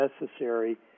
necessary